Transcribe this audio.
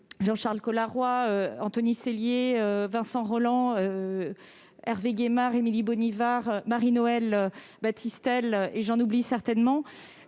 Jean-Charles Colas-Roy, Anthony Cellier, Vincent Rolland, Hervé Gaymard, Émilie Bonnivard, Marie-Noëlle Battistel, et j'en oublie certainement